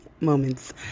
Moments